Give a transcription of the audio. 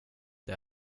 det